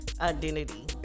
identity